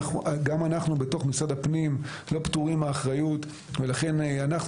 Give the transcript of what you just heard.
גם אנחנו בתוך משרד הפנים לא פטורים מאחריות ולכן אנחנו,